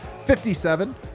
57